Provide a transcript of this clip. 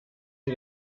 sie